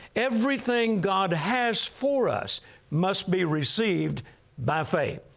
everything god has for us must be received by faith.